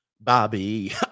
Bobby